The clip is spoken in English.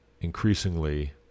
increasingly